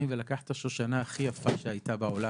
ולקח את השושנה הכי יפה שהייתה בעולם,